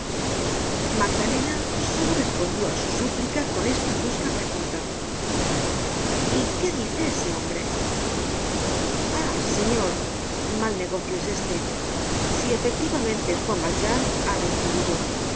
magdalena solo respondió á su súplica con esta brusca pregunta y qué dice ese hombre ah señor mal negocio es este si efectivamente es juan valjean ha reincidido